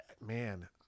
Man